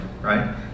right